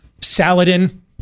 Saladin